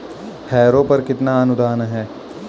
Harrow पर कितना अनुदान है?